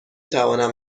توانم